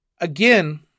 Again